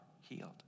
healed